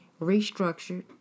restructured